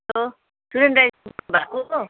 hello Suren दाइ बोल्नु भएको हो